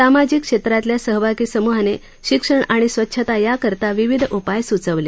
सामाजिक क्षेत्रातल्या सहभागी समुहाने शिक्षण आणि स्वच्छता याकरता विविध उपाय सुचवले